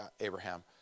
Abraham